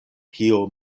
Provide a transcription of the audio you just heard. kiu